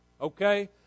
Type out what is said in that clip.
Okay